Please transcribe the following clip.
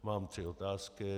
Mám tři otázky.